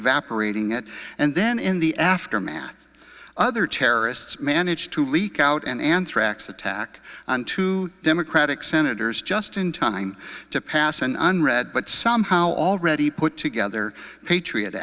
evaporating it and then in the aftermath other terrorists managed to leak out an anthrax attack and two democratic senators just in time to pass an unread but somehow already put together patriot